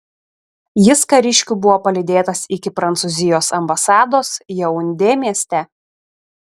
jis kariškių buvo palydėtas iki prancūzijos ambasados jaundė mieste